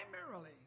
primarily